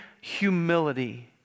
humility